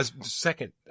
Second